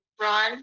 Ron